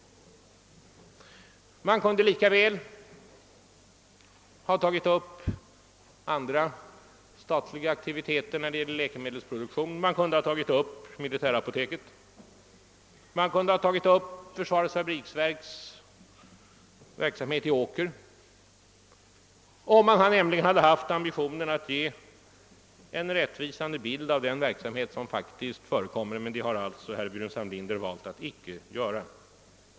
Man kunde lika väl ha tagit upp andra statliga aktiviteter när det gäller läkemedelsproduktion, exempelvis militärapoteket och försvarets fabriksverks verksamhet i Åker, om det funnits en ambition att ge en rättvisande bild av den verksamhet som faktiskt förekommer. Men det har herr Burenstam Linder alltså valt att icke göra.